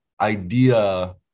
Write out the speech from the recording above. idea